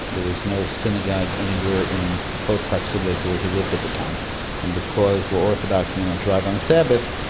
there was no synagogue anywhere in close proximity to where he lived at the time and because we're orthodox we'll not drive on the sabbath,